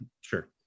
Sure